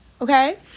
okay